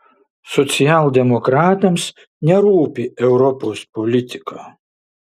socialdemokratams nerūpi europos politika